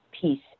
peace